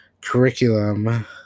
curriculum